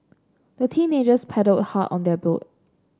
the teenagers paddled hard on their boat